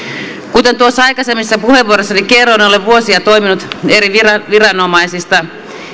kuten tuossa aikaisemmassa puheenvuorossani kerroin olen vuosia toiminut eri viranomaisissa